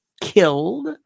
killed